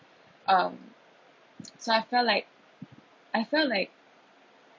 um so I felt like I felt like